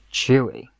Chewy